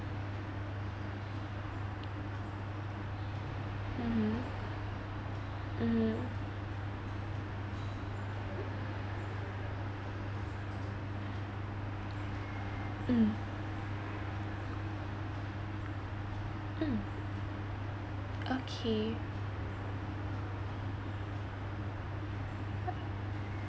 mmhmm mmhmm mm mm okay